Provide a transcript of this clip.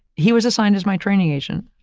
he was assigned as my trainee agent.